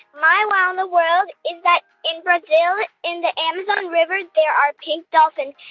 my wow in the world is that in brazil, in the amazon river, there are pink dolphins.